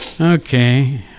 Okay